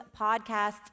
podcasts